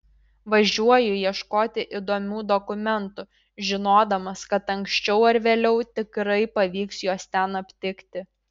važiuoju ieškoti įdomių dokumentų žinodamas kad anksčiau ar vėliau tikrai pavyks juos ten aptikti